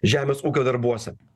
žemės ūkio darbuose